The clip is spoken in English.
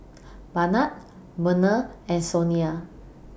Barnard Merna and Sonia